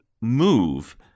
move